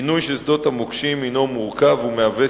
פינוי של שדות המוקשים הינו מורכב ומהווה